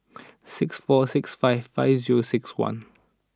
six four six five five zero six one